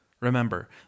Remember